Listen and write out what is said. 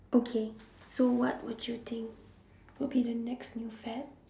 okay so what would you think would be the next new fad